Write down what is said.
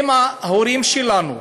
הם ההורים שלנו,